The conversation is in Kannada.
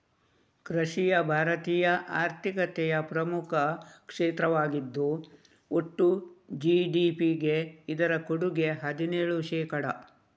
ಕೃಷಿಯು ಭಾರತೀಯ ಆರ್ಥಿಕತೆಯ ಪ್ರಮುಖ ಕ್ಷೇತ್ರವಾಗಿದ್ದು ಒಟ್ಟು ಜಿ.ಡಿ.ಪಿಗೆ ಇದರ ಕೊಡುಗೆ ಹದಿನೇಳು ಶೇಕಡಾ